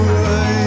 away